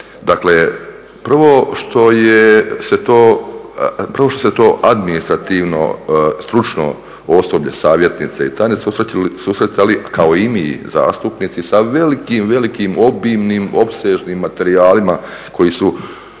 dakle prvo što se to administrativno stručno osoblje, savjetnice i tajnice susretali kao i mi zastupnici sa velikim, velikim obimnim, opsežnim materijalima koji su